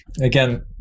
again